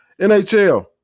NHL